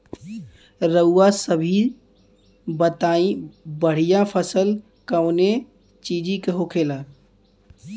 रउआ सभे बताई बढ़ियां फसल कवने चीज़क होखेला?